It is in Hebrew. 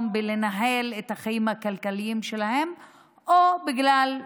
בלנהל את החיים הכלכליים שלהם או שבגלל,